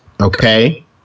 Okay